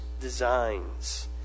designs